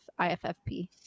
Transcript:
iffp